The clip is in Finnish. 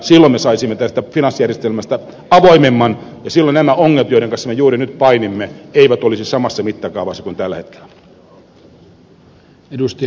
silloin me saisimme tästä finanssijärjestelmästä avoimemman ja silloin nämä ongelmat joiden kanssa me juuri nyt painimme eivät olisi samassa mittakaavassa kuin tällä hetkellä